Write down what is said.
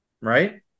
right